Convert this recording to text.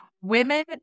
women